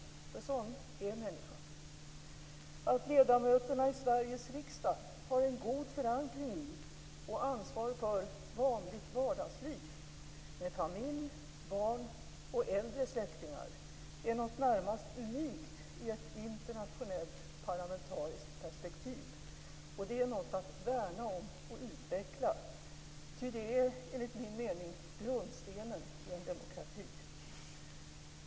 För sådan är människan. Att ledamöterna i Sveriges riksdag har en god förankring i och ansvar för vanligt vardagsliv, med familj, barn och äldre släktingar, är något närmast unikt i ett internationellt parlamentariskt perspektiv, och det är något att värna om och utveckla, ty det är, enligt min mening, grundstenen i en demokrati.